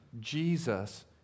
Jesus